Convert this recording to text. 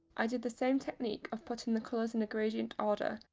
i did the same technique of putting the colours in a gradient order,